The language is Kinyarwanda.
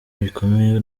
bikomeye